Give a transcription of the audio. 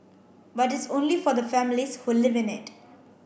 but it's only for the families who live in it